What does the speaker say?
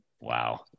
Wow